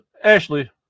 Ashley